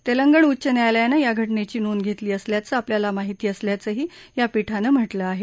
तेलंगण उच्च न्यायालयानं या घटनेची नोंद घेतली असल्याचं आपल्याला माहिती असल्याचंही या पीठानं म्हटलं आहे